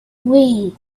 wii